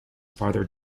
farther